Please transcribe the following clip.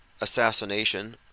assassination